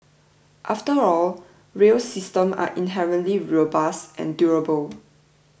after all rail systems are inherently robust and durable